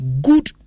good